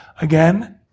Again